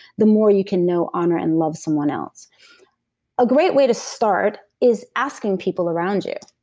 the more you can know, honor, and love someone else a great way to start is asking people around you.